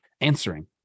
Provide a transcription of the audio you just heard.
answering